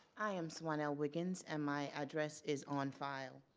i am swana wiggins and my address is on file.